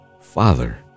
Father